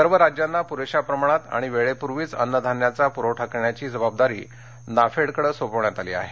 सर्व राज्यांना पुरेशा प्रमाणात आणि वेळेपूर्वीच अन्न धान्याचा पुरवठा करण्याची जबाबदारी नाफेडकडे सोपवण्यात आली आहे